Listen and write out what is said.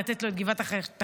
לתת לו את גבעת התחמושת,